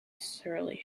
surly